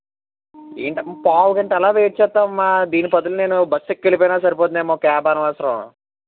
ఏంటమ్మా పావుగంట ఎలా వెయిట్ చేస్తాను అమ్మా దీని బదులు నేను బస్ ఎక్కి వెళ్ళిపోయినా సరిపోతుందేమో క్యాబ్ అనవసరం